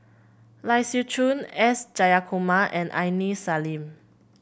Lai Siu Chiu S Jayakumar and Aini Salim